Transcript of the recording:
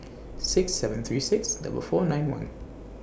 six seven three six double four nine one